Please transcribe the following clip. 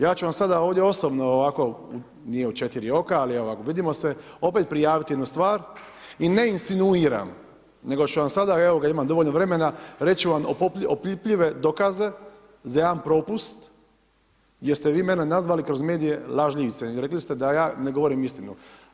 Ja ću vam sada ovdje osobno, ovako, nije u 4 oka, ali vidimo se, opet prijaviti jednu stvar i ne insinuiram, nego ću vam sada, evo imam dovoljno vremena, reću ću vam, opipljive dokaze, za jedan propust, gdje ste vi mene nazvali kroz medije lažljivcem i rekli ste da ja ne govorim istinu.